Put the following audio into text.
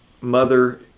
mother